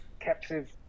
Captive